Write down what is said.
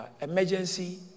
emergency